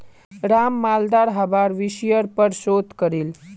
राम मालदार हवार विषयर् पर शोध करील